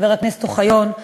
חבר הכנסת אוחיון,